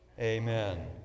Amen